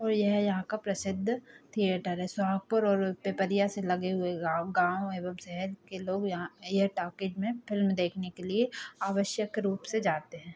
और यह यहाँ का प्रसिद्ध थिएटर है सुहागपुर और पिपरिया से लगे हुए गाँव गाँव एवं शहर के लोग यहाँ यह टॉकीज़ में फिल्म देखने के लिए आवश्यक रूप से जाते हैं